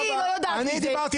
אני לא יודעת את זה.